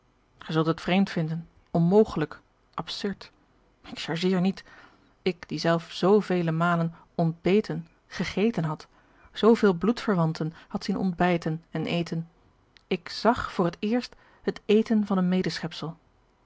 gij zult het vreemd vinden onmogelijk absurd ik chargeer niet ik die zelf z veel malen ontbeten gegeten had zooveel bloedverwanten had zien ontbijten en eten ik z a g voor het eerst het eten van een